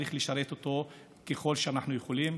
וצריך לשרת אותו ככל שאנחנו יכולים.